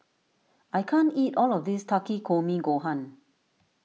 I can't eat all of this Takikomi Gohan